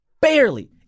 barely